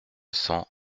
cents